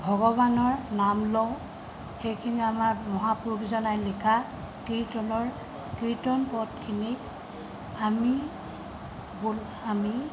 ভগৱানৰ নাম লওঁ সেইখিনি আমাৰ মহাপুৰুষজনাই লিখা কীৰ্তনৰ কীৰ্তন পদখিনিক আমি আমি